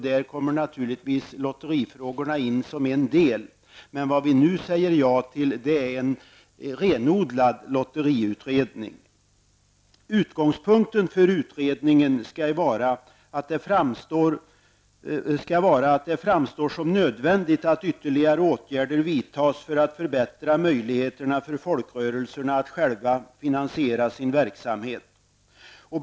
Där kommer naturligtvis lotterifrågorna in som en del. Det vi nu säger ja till är en renodlad lotteriutredning. Utgångspunkten för utredningen skall vara att det framstår som nödvändigt att ytterligare åtgärder vidtas för att förbättra möjligheterna för folkrörelserna att själva finansiera sin verksamhet.